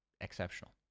exceptional